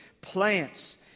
plants